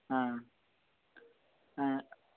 ఆ ఆ